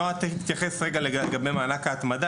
נועה תיכף תתייחס רגע לגבי מענק ההתמדה,